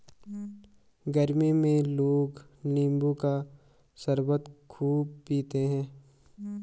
गरमी में लोग नींबू का शरबत खूब पीते है